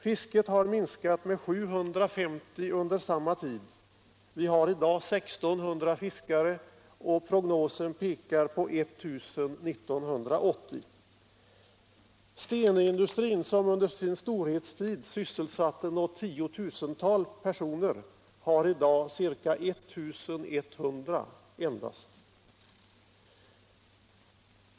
Fisket har minskat med 750 under samma tid. Det återstår i dag 1 600 fiskare. Prognosen pekar på 1 000 fiskare 1980. Stenindustrin, som under sin storhetstid sysselsatte något 10 000-tal personer, har i dag endast ca 1100 sysselsatta.